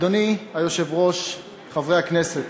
אדוני היושב-ראש, חברי הכנסת,